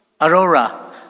Aurora